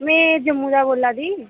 मैं जम्मू दा बोलै दी